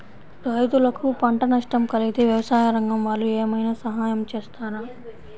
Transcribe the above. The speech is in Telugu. రైతులకు పంట నష్టం కలిగితే వ్యవసాయ రంగం వాళ్ళు ఏమైనా సహాయం చేస్తారా?